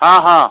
ହଁ ହଁ